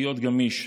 להיות גמיש,